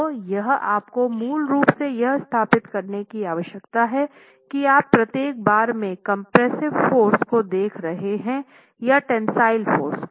तो यहां आपको मूल रूप से यह स्थापित करने की आवश्यकता है कि आप प्रत्येक बार के कम्प्रेस्सिव फ़ोर्स को देख रहे हैं या टेंसिल फ़ोर्स को